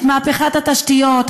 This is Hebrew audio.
את מהפכת התשתיות,